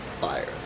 Fire